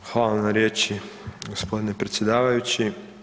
Hvala na riječi gospodine predsjedavajući.